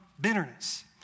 bitterness